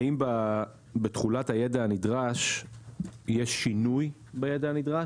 האם בתכולת הידע הנדרש יש שינוי בידע הנדרש,